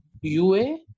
UA